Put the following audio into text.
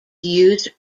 used